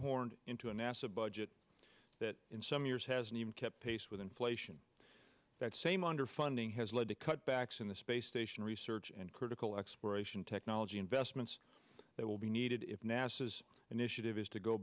shoehorn into a nasa budget that in some years hasn't even kept pace with inflation that same underfunding has led to cutbacks in the space station research and critical exploration technology investments that will be needed if nasa is initiative is to go